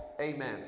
Amen